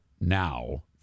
now